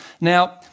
Now